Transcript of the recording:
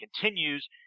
continues